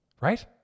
Right